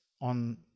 on